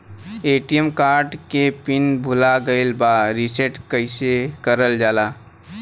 ATM card के PIN भूला गइल बा रीसेट कईसे करल जाला?